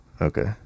Okay